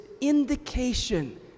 indication